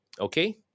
okay